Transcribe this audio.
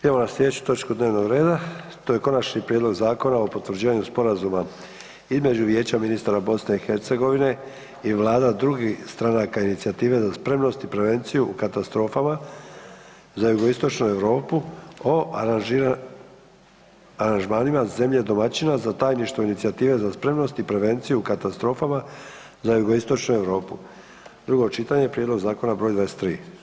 Idemo na sljedeću točku dnevnog reda, to je: - Konačni prijedlog Zakona o potvrđivanju sporazuma između Vijeća ministara Bosne i Hercegovine i Vlada drugih stranaka Inicijative za spremnost i prevenciju u katastrofama za Jugoistočnu Europu o aranžmanima zemlje domaćina za tajništvo inicijative za spremnost i prevenciju u katastrofama za Jugoistočnu Europu, drugo čitanje, P.Z. broj 23.